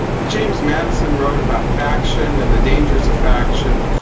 james madison wrote about faction and the dangers of faction,